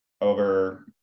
over